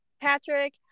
Patrick